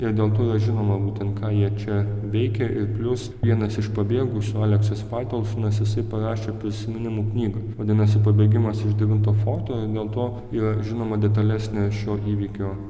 ir dėl to yra žinoma būtent ką jie čia veikė ir plius vienas iš pabėgusių aleksas faitelsonas jisai parašė prisiminimų knygą vadinasi pabėgimas iš devinto forto ir dėl to yra žinoma detalesnė šio įvykio